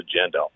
agenda